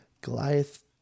Goliath